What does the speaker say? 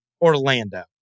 Orlando